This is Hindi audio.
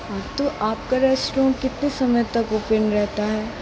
हाँ तो आपका रेस्ट्रॉं कितने समय तक ओपन रहता है